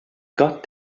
got